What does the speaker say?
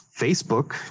Facebook